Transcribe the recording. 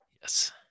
Yes